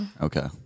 Okay